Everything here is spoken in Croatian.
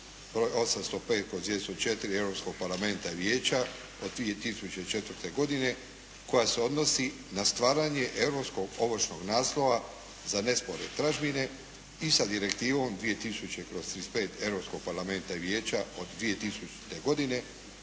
broj 805/204 Europskog parlamenta i Vijeća od 2004. godine koja se odnosi na stvaranje europskog ovršnog naslova za nespore dražbine i sa Direktivom 2000/35 Europskog parlamenta i Vijeća od 2000. godine